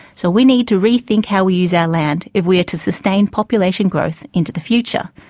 so we need to rethink how we use our land if we are to sustain population growth into the future.